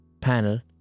panel